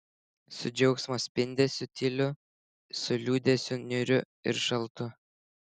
su džiaugsmo spindesiu tyliu su liūdesiu niūriu ir šaltu